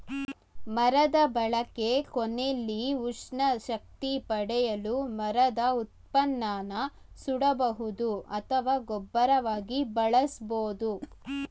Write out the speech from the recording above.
ಮರದ ಬಳಕೆ ಕೊನೆಲಿ ಉಷ್ಣ ಶಕ್ತಿ ಪಡೆಯಲು ಮರದ ಉತ್ಪನ್ನನ ಸುಡಬಹುದು ಅಥವಾ ಗೊಬ್ಬರವಾಗಿ ಬಳಸ್ಬೋದು